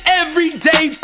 everyday